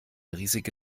riesige